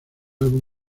álbum